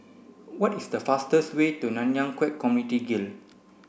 what is the fastest way to Nanyang Khek Community Guild